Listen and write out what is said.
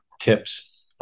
tips